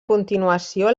continuació